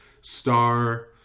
Star